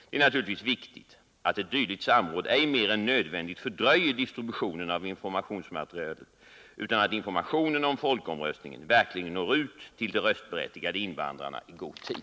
Det är naturligtvis viktigt att ett dylikt samråd ej mer än nödvändigt fördröjer distributionen av informationsmaterialet, utan att informationen om folkomröstningen verkligen når ut till de röstberättigade invandrarna i god tid.